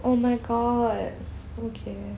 oh my god okay